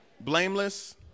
blameless